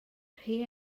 rhy